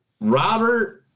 Robert